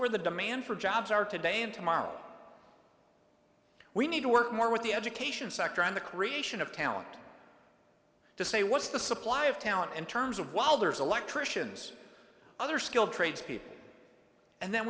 where the demand for jobs are today and tomorrow we need to work more with the education sector and the creation of talent to say what's the supply of talent in terms of wilder's electricians other skilled trades people and then